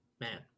man